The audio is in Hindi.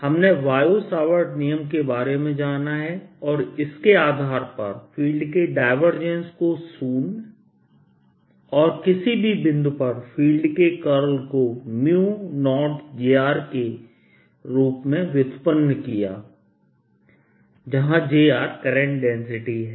हमने बायो सावर्ट नियम के बारे में जाना है और इसके आधार पर फील्ड के डायवर्जेंस को शून्य और किसी भी बिंदु पर फील्ड के कर्ल को 0j के रूप में व्युत्पन्न किया जहाँ j करंट डेंसिटी है